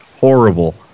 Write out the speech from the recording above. horrible